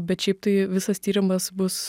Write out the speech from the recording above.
bet šiaip tai visas tyrimas bus